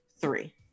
three